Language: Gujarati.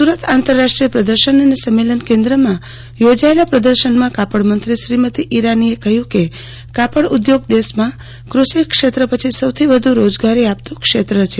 સુરત આંતરરાષ્ટ્રીય પ્રદર્શન અને સંમેલન કેન્દ્રમાં યોજાયેલ પ્રદર્શનમાં કાપડમંત્રી સ્મૃતિ ઇરાનીએ કહ્યું હતું કે કાપડ ઉદ્યોગ દેશમાં કૃષિ ક્ષેત્ર પછી સૌથી વધુ રોજગારી આપતું ક્ષેત્ર છે